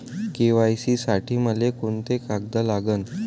KYC साठी मले कोंते कागद लागन?